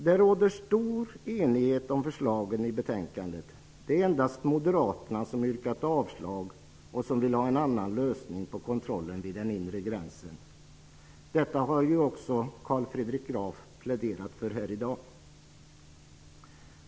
Det råder stor enighet om förslagen i betänkandet. Det är endast moderaterna som har yrkat avslag och som vill ha en annan lösning för kontrollen vid den inre gränsen. Detta har ju också Carl Fredrik Graf pläderat för här i dag.